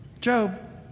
Job